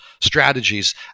strategies